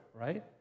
right